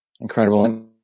Incredible